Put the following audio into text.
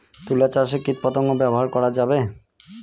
তুলা চাষে কীটপতঙ্গ ব্যবহার করা যাবে?